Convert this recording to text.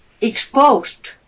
exposed